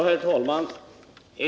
Herr talman!